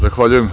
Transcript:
Zahvaljujem.